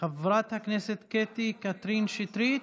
חברת הכנסת קטי קטרין שטרית,